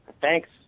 Thanks